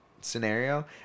scenario